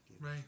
Right